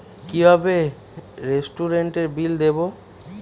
কিভাবে রেস্টুরেন্টের বিল দেবো?